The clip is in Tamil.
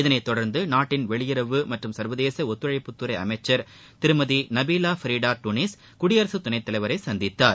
இதைத்தொடர்ந்து நாட்டின் வெளியுறவு மற்றும் சர்வதேச ஒத்துழைப்புத்துறை அமைச்சர் திரு நபீலா ஃபரீடா டுனிஸ் குடியரசு துணைத்தலைவரை சந்தித்தார்